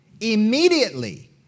Immediately